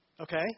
Okay